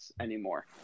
anymore